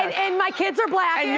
and and my kids are blackish.